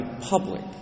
public